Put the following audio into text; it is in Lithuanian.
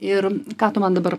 ir ką tu man dabar